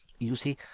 you see,